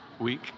week